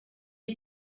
had